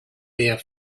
there